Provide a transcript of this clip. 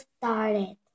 started